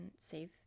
save